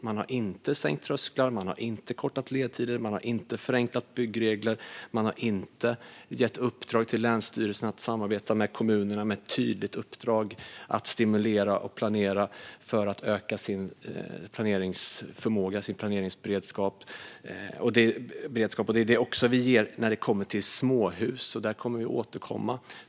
Man har inte sänkt trösklar, man har inte kortat ledtider, man har inte förenklat byggregler, man har inte gett länsstyrelserna i uppdrag att samarbeta med kommunerna med det tydliga syftet att stimulera och planera för att öka sin planeringsberedskap. När det gäller småhus kommer vi att återkomma.